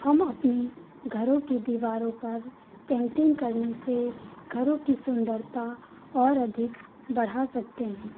हम अपने घरों की दीवारों पर पेन्टिंग करने से घरों की सुन्दरता और अधिक बढ़ा सकते हैं